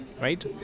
Right